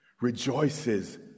rejoices